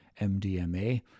MDMA